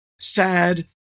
sad